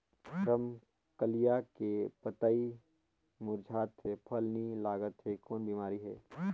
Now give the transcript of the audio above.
रमकलिया के पतई मुरझात हे फल नी लागत हे कौन बिमारी हे?